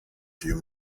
few